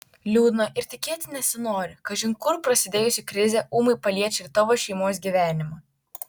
liūdna ir tikėti nesinori kažin kur prasidėjusi krizė ūmai paliečia ir tavo šeimos gyvenimą